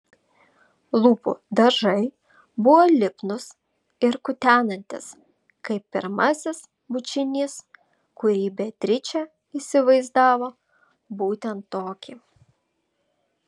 lūpų dažai buvo lipnūs ir kutenantys kaip pirmasis bučinys kurį beatričė įsivaizdavo būtent tokį